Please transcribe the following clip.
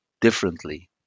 differently